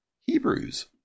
Hebrews